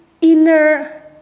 inner